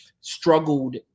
struggled